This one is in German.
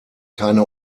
keine